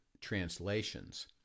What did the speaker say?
translations